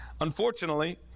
Unfortunately